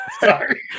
Sorry